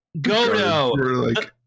Goto